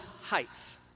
heights